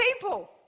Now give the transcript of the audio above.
people